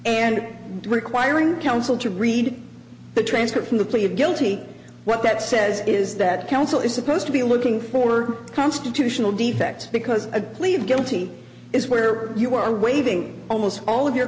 and requiring counsel to read the transcript from the plea of guilty what that says is that counsel is supposed to be looking for constitutional defects because a clear guilty is where you are waiving almost all of your